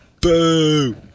Boom